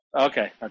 Okay